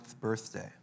birthday